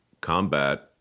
combat